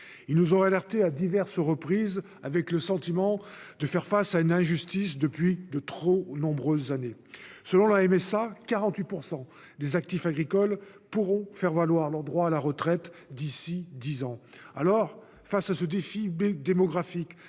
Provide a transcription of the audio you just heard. Ils nous ont alertés à diverses reprises, avec le sentiment de faire face à une injustice depuis de trop nombreuses années. Selon la MSA, 48 % des actifs agricoles pourront faire valoir leurs droits à la retraite d'ici à dix ans. Face à ce défi démographique